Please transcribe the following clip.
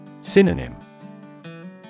Synonym